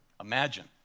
Imagine